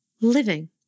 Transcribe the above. living